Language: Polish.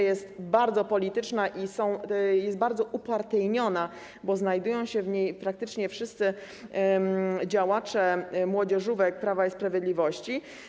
Jest ona bardzo polityczna i bardzo upartyjniona, bo znajdują się w niej praktycznie wszyscy działacze młodzieżówek Prawa i Sprawiedliwości.